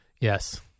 Yes